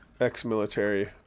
ex-military